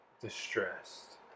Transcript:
distressed